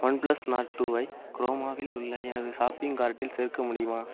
OnePlus Nord டூவை க்ரோமாவில் உள்ள எனது ஷாப்பிங் கார்ட்டில் சேர்க்க முடியுமா